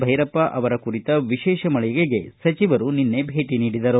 ಧೈರಪ್ಪ ಅವರ ಕುರಿತ ವಿಶೇಷ ಮಳಿಗೆಗೆ ಸಚಿವರು ಭೇಟ ನೀಡಿದರು